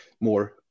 more